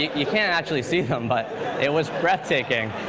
you can't actually see them, but it was breathtaking,